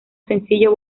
sencillo